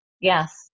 Yes